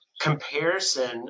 comparison